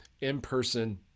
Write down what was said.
in-person